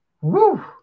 Woo